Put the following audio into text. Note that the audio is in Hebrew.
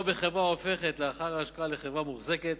או בחברה ההופכת לאחר ההשקעה לחברה מוחזקת,